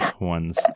ones